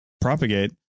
propagate